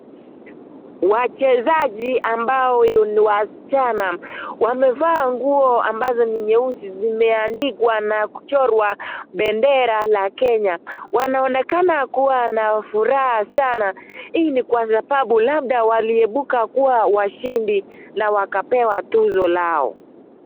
Wachezaji ambao ni wasichana, wamevaa nguo ambazo ni nyeusi zimeandikwa na kuchorwa bendera la Kenya, wanaonekana kuwa na furaha sana hii ni kwa sababu labda waliibuka kuwa washindi na wakapewa tuzo lao.